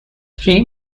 three